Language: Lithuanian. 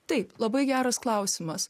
tai labai geras klausimas